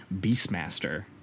Beastmaster